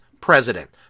president